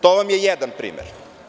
To vam je jedan primer.